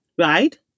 right